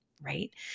right